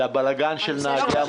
-- לבלגן של נהגי המוניות.